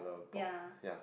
ya